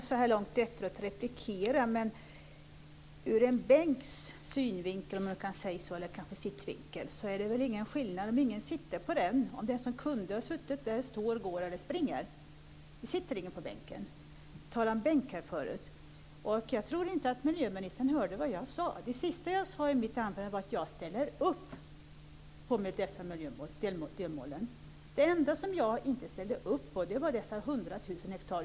Fru talman! Det känns lite konstigt att replikera så här långt efteråt. Men ur en bänks sittvinkel är det ingen skillnad om ingen sitter på den, om den som kunde ha suttit där står, går eller springer. Det sitter ingen på bänken. Vi talade ju om bänk här tidigare. Jag tror inte att miljöministern hörde vad jag sade. Det sista jag sade i mitt anförande vara att jag ställer upp på dessa delmål. Det enda som jag inte ställer upp på är dessa 100 000 hektar.